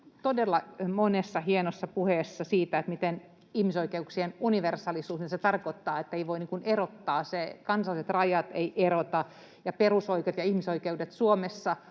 todella monessa hienossa puheessa siitä, miten ihmisoikeuksien universaalisuus tarkoittaa, että niitä eivät voi niin kuin erottaa kansalliset rajat ja että perusoikeudet ja ihmisoikeudet Suomessa